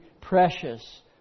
precious